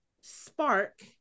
spark